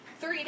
three